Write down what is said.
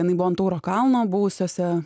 jinai buvo ant tauro kalno buvusiuose